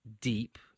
deep